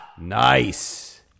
Nice